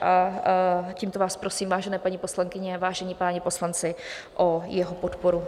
A tímto vás prosím, vážené paní poslankyně, vážení páni poslanci, o jeho podporu.